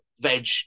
veg